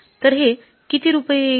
तर हे किती रुपये येईल